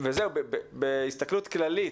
בהסתכלות כללית,